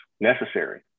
necessary